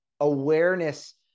awareness